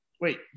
Wait